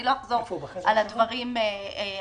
לא אחזור על הדברים המוכרים.